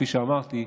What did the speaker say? כפי שאמרתי,